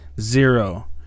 zero